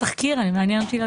עכשיו מתנהל כאן ויכוח.